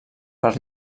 per